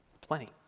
Plenty